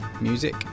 music